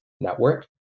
network